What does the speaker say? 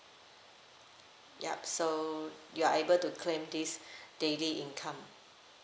yup so you are able to claim this daily income